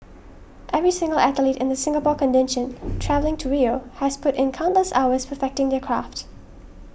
every single athlete in the Singapore contingent travelling to Rio has put in countless hours perfecting their craft